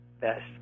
best